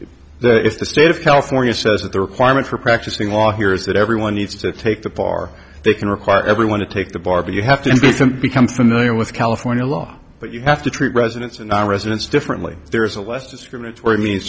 you if the state of california says that the requirement for practicing law here is that everyone needs to take the bar they can require everyone to take the bar but you have to become familiar with california law but you have to treat residents and nonresidents differently there is a less discriminatory means